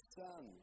son